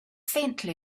faintly